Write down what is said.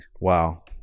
Wow